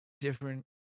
different